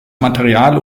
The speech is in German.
material